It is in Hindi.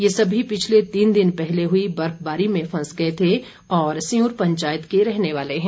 ये सभी पिछले तीन दिन पहले हुई बर्फबारी में फंस गए थे और सियूर पंचायत के रहने वाले है